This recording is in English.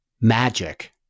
magic